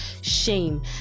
shame